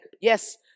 yes